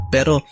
Pero